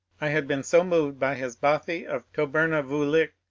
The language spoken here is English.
i had been so moved by his bothie of tober na-vuolich,